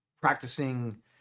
practicing